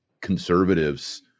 conservatives